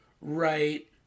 right